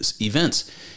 events